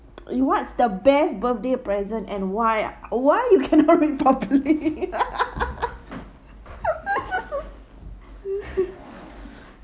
you what is the best birthday present and why ah why you cannot read properly